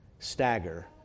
stagger